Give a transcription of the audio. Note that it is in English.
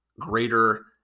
greater